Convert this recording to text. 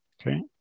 Okay